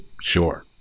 Sure